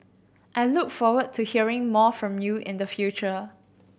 I look forward to hearing more from you in the future